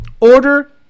Order